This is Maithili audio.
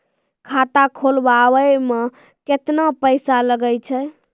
खाता खोलबाबय मे केतना पैसा लगे छै?